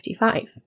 1955